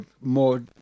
more